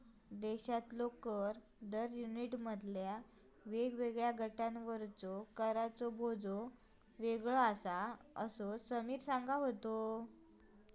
देशातल्या कर दर युनिटमधल्या वेगवेगळ्या गटांवरचो कराचो बोजो वेगळो आसा, असा समीर सांगा होतो